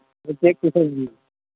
ᱟᱫᱚ ᱪᱮᱫ ᱠᱚᱪᱚᱝ ᱤᱭᱟᱹ